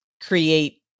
create